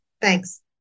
thanks